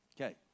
Okay